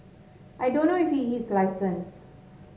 I don't know if he is licensed